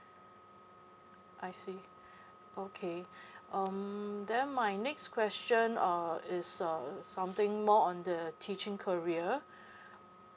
I see okay um then my next question uh is uh something more on the teaching career